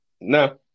No